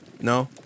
No